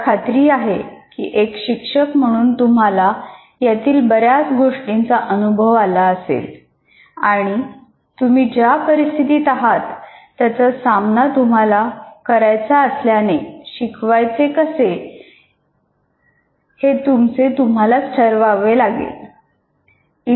मला खात्री आहे की एक शिक्षक म्हणून तुम्हाला यातील बऱ्याच गोष्टींचा अनुभव आला असेल आणि तुम्ही ज्या परिस्थितीत आहात त्याचा सामना तुम्हाला करायचा असल्याने शिकवायचे कसे हे तुमचे तुम्हालाच ठरवावे लागेल